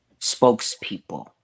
spokespeople